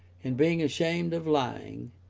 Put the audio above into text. in being ashamed of lying,